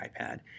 iPad